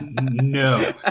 no